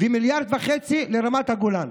ו-1.5 מיליארד לרמת הגולן.